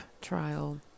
trial